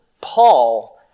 Paul